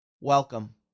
Welcome